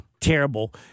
Terrible